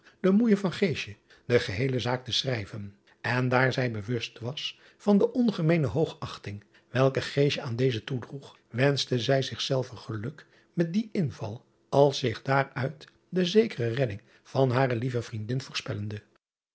de moeije van de geheele zaak te schrijven en daar zij bewust was van de ongemeene hoogachting welke aan deze toedroeg wenschte zij zichzelve geluk met dien inval als zich daaruit de zekere redding van hare lieve vriendin voorspellende